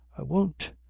i won't.